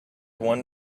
one